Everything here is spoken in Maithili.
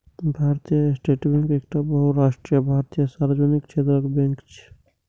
भारतीय स्टेट बैंक एकटा बहुराष्ट्रीय भारतीय सार्वजनिक क्षेत्रक बैंक छियै